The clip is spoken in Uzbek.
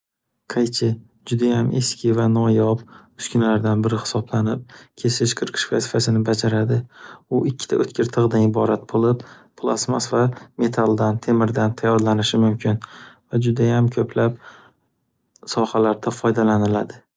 Qaychi judayam eski va noyob uskunalardan biri hisoblanib, kesish, qirqish vazifasini bajaradi. U ikkita o’tkir tig’dan iborat bo’lib, plasmas va metaldan, temirdan tayyorlanishi mumkin. Va judayam ko’plab sohalarda foydalaniladi.